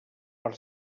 per